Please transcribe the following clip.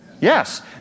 Yes